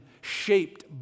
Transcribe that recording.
shaped